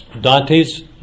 Dante's